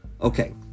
Okay